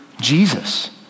Jesus